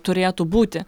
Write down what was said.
turėtų būti